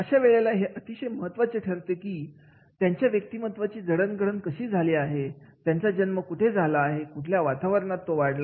अशा वेळेला हे अतिशय महत्त्वाचं ठरतं की त्यांच्या व्यक्तिमत्त्वाची जडणघडण कशी झाली आहे त्याचा जन्म कुठे झाला कुठल्या वातावरणामध्ये तो वाढला